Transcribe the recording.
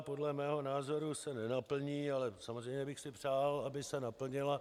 Podle mého názoru se nenaplní, ale samozřejmě bych si přál, aby se naplnila.